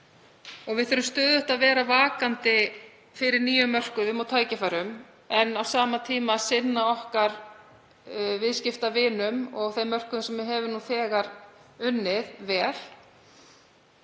Við þurfum stöðugt að vera vakandi fyrir nýjum mörkuðum og tækifærum en á sama tíma að sinna okkar viðskiptavinum og þeim mörkuðum sem við höfum nú þegar unnið.